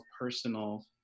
personal